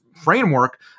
framework